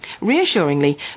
Reassuringly